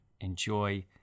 enjoy